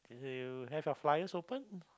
you have your flyers open